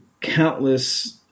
countless